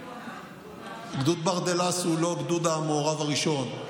גדוד ברדלס הוא לא הגדוד המעורב הראשון,